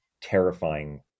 terrifying